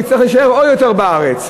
הוא יצטרך להישאר עוד יותר בארץ.